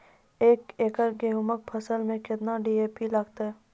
एक एकरऽ गेहूँ के फसल मे केतना डी.ए.पी लगतै?